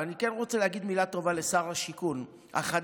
ואני כן רוצה להגיד מילה טובה לשר השיכון החדש,